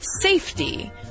safety